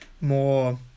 more